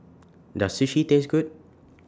Does Sushi Taste Good